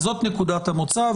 זו נקודת המוצא.